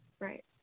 Right